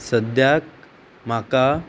सद्याक म्हाका